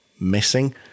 missing